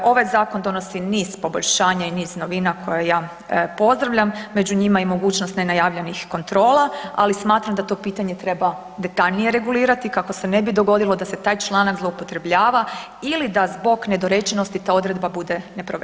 Ovaj zakon donosi niz poboljšanja i niz novina koje ja pozdravljam, među njima i mogućnost nenajavljenih kontrola, ali smatram da to pitanje treba detaljnije regulirati kako se ne bi dogodilo da se taj članak zloupotrebljava ili da zbog nedorečenosti ta odredba bude neprovediva.